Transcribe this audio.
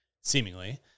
Seemingly